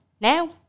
now